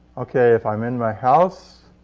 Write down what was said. okay, if i'm in my house,